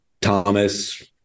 Thomas